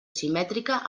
simètrica